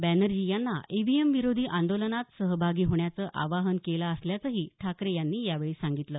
बँनर्जी यांना ईव्हीएमविरोधी आंदोलनात सहभागी होण्याचं आवाहन केलं असल्याचंही ठाकरे यांनी यावेळी सांगितलं